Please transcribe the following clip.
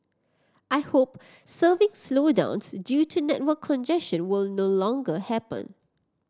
I hope surfing slowdowns due to network congestion will no longer happen